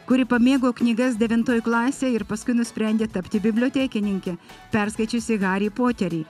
kuri pamėgo knygas devintoj klasėj ir paskui nusprendė tapti bibliotekininke perskaičiusi harį poterį